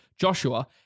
Joshua